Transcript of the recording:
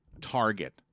target